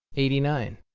eighty nine.